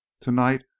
tonight